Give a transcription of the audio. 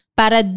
para